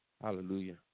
Hallelujah